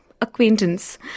acquaintance